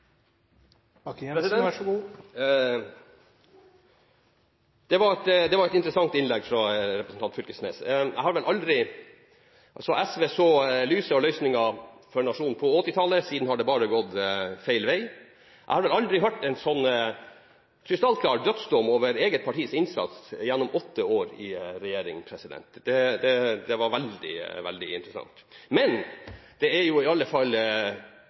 Det var et interessant innlegg fra representanten Fylkesnes. SV så lys og løsninger for nasjonen på 1980-tallet, siden har det bare gått feil vei. Jeg har aldri hørt en sånn krystallklar dødsdom over eget partis innsats gjennom åtte år i regjering. Det var veldig interessant. Det er i alle fall